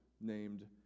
named